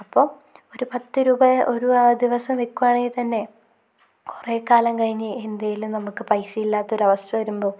അപ്പം ഒരു പത്ത് രൂപയെ ഒരു ദിവസം വെക്കുവാണെങ്കിൽ തന്നെ കുറെ കാലം കഴിഞ്ഞ് എന്തേലും നമുക്ക് പൈസ ഇല്ലാത്തൊരവസ്ഥ വരുമ്പോൾ